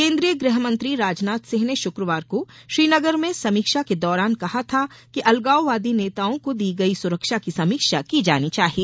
केन्द्रीय गृहमंत्री राजनाथ सिंह ने शुक्रवार को श्रीनगर में समीक्षा के दौरान कहा था कि अलगावावादी नेताओं को दी गई सुरक्षा की समीक्षा की जानी चाहिए